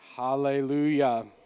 Hallelujah